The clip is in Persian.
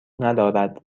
ندارد